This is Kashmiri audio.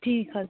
ٹھیٖک حظ